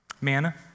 Manna